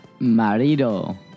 Marido